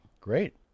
Great